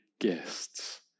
guests